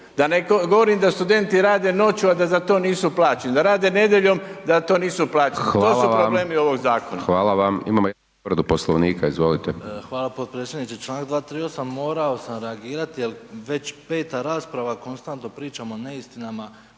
Da ne govorim da studenti rade noću a da za to nisu plaćeni, da rade nedjeljom, da to nisu plaćeni, to su problemi ovog zakona. **Hajdaš Dončić, Siniša (SDP)** Hvala vam, hvala vam. Imamo jednu povredu Poslovnika, izvolite. **Bačić, Ante (HDZ)** Hvala potpredsjedniče. Članak 238., morao sam reagirati jer već peta rasprava konstantno pričamo o neistinama